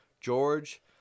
George